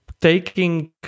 taking